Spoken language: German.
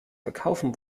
verkaufen